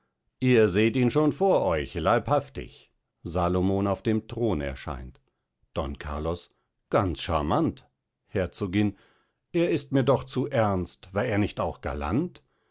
ihr seht ihn schon vor euch leibhaftig salomon auf dem thron erscheint don carlos ganz charmant herzogin er ist mir doch zu ernst war er nicht auch galant